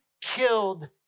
killed